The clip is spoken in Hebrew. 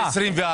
של 2024?